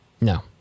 No